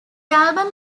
album